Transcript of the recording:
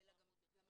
אלא גם קדימה,